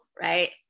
right